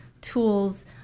tools